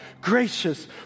gracious